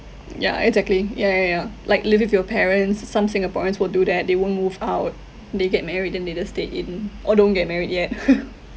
ya exactly ya ya ya like living with your parents some singaporeans will do that they won't move out they get married then they just stay in or don't get married yet